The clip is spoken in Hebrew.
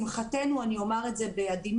לשמחתנו אני אומר את זה בעדינות